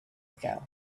ago